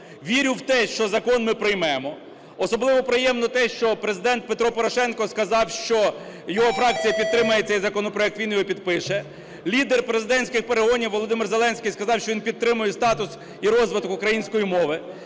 Вірю в те, що закон ми приймемо. Особливо приємно те, що Президент Петро Порошенко сказав, що його фракція підтримає цей законопроект, він його підпише. Лідер президентських перегонів Володимир Зеленський сказав, що він підтримує статус і розвиток української мови.